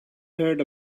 heard